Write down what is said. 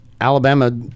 Alabama